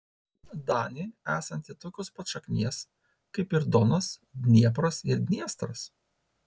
danė esanti tokios pat šaknies kaip ir donas dniepras ir dniestras